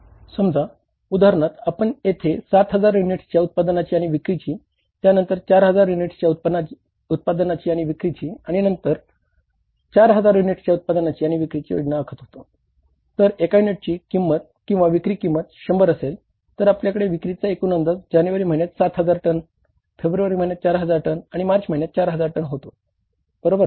समजा उदाहरणार्थ आपण येथे 7 हजार युनिट्सच्या उत्पादनाची आणि विक्रीची त्यानंतर 4 हजार युनिट्सच्या उत्पादनाची आणि विक्रीची आणि परत 4 हजार युनिट्सच्या उत्पादनाची आणि विक्रीची योजना आखत होतो तर एका युनिटची किंमत किंवा विक्री किंमत 100 असेल तर आपल्याकडे विक्रीचा एकूण अंदाज जानेवारी महिन्यात 700 हजार टन फेब्रुवारी महिन्यात 400 हजार टन आणि मार्च महिन्यात 400 हजार टन होता बरोबर